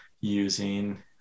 using